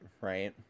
right